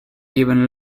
even